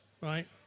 right